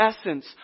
essence